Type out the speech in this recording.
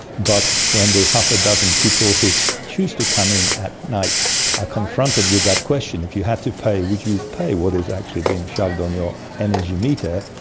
but when the half a dozen people who choose to come in at night are confronted with that question, if you had to pay, would you pay what is actually being shoved on your energy meter,